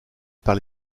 par